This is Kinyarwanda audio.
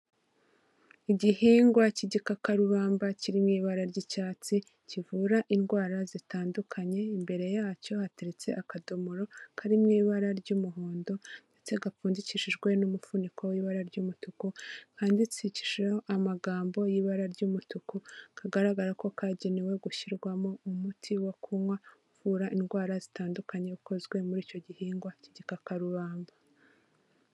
Igihingwa k'igikakarubamba kiri mu ibara ry'icyatsi, kivura indwara zitandukanye, imbere yacyo hateretse akadomoro karimo mu ibara ry'umuhondo ndetse gapfundikishijwe n'umufuniko w'ibara ry'umutuku kanditseshijeho amagambo y'ibara ry'umutuku kagaragara ko kagenewe gushyirwamo umuti wo kunywa, uvura indwara zitandukanye, ukozwe muri icyo gihingwa k'igikakarubamba.